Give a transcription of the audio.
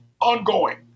ongoing